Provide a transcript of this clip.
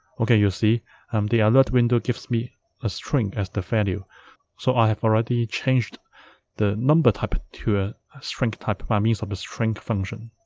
okay, you see um the alert window gives me a string as the value so i have already changed the number type to a string type by means of the string function